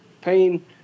pain